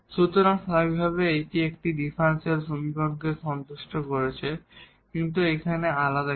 সুতরাং স্বাভাবিকভাবেই এটি এই ডিফারেনশিয়াল সমীকরণকে সন্তুষ্ট করছে কিন্তু এখানে আলাদা কি